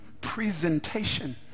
presentation